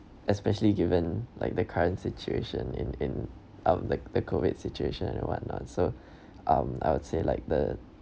especially given like the current situation in in um like the COVID situation and and what not so um I would say like the